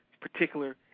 particular